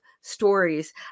stories